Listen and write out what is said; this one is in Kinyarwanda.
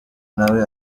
nawe